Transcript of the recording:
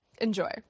Enjoy